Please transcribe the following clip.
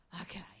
okay